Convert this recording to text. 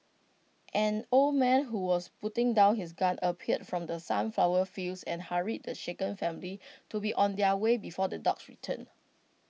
an old man who was putting down his gun appeared from the sunflower fields and hurried the shaken family to be on their way before the dogs return